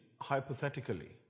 hypothetically